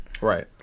Right